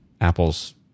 Apple's